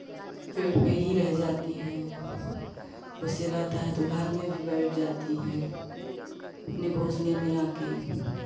पेड़ पर ही रहे जाती हैं ओसे रहता है तो घर में भी बैठ जाती हैं अपने घोंसले में आकर